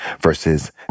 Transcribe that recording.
versus